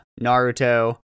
Naruto